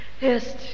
Yes